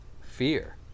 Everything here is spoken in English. fear